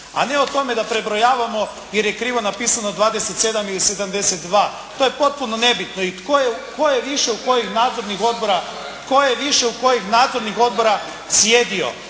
a ne o tome da prebrojavamo jer je krivo napisano 27 ili 72. to je potpuno nebitno i tko je više u kojih nadzornih odbora sjedio.